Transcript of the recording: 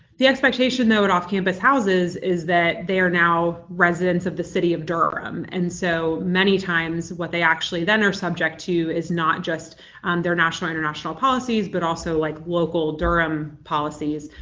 the expectation, though, at off-campus houses is that they are now residents of the city of durham, and so many times what they actually then are subject to is not just their national international policies but also like local durham policies,